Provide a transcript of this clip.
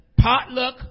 Potluck